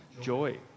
joy